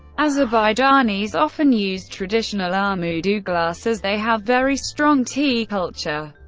azerbaijanis often use traditional armudu glass as they have very strong tea culture.